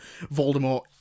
Voldemort